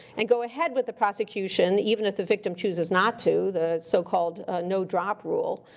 and go ahead with the prosecution, even if the victim chooses not to the so-called no drop rule.